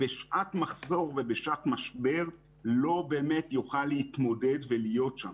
בשעת מחסור או בשעת משבר לא באמת יוכל להתמודד ולהיות שם.